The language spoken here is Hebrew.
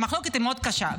והמחלוקת היא מאוד קשה,